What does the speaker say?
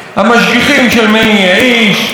"המשגיחים" של מני יעיש,